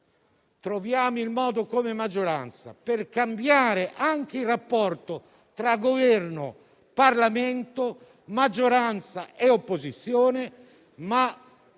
Troviamo il modo, come maggioranza, per cambiare anche il rapporto tra Governo e Parlamento, maggioranza e opposizione.